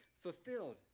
fulfilled